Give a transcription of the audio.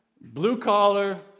blue-collar